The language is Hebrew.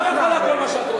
את לא יכולה כל מה שאת רוצה.